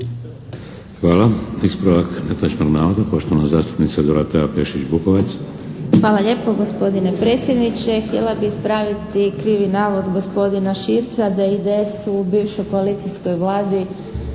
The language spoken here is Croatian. Hvala. Ispravak netočnog navoda, poštovana zastupnica Dorotea Pešić-Bukovac. **Pešić-Bukovac, Dorotea (IDS)** Hvala lijepo gospodine predsjedniče. Htjela bi ispraviti i krivi navod gospodina Širca da je IDS-u u bivšoj koalicijskoj Vladi